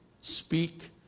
speak